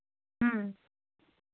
ᱦᱮᱸ